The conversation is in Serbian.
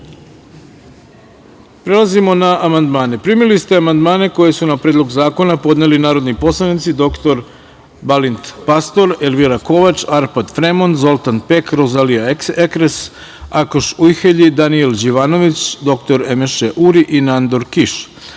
vidu. Prelazimo na amandmane. Primili ste amandmane koje su na Predlog zakona podneli narodni poslanici: dr Balint Pastor, Elvira Kovač, Arpad Fremond, Zoltan Pek, Rozalija Ekres, Akoš Ujhelji, Danijel Đivanović, dr Emeše Uri i Nandor